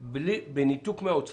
יוציאו אותי מהשוק, מאותו אזור.